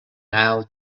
now